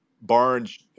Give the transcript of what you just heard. Barnes